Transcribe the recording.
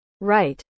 Right